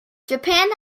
japan